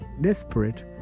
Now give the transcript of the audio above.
desperate